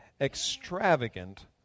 extravagant